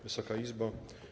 Wysoka Izbo!